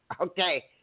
Okay